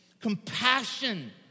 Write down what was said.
compassion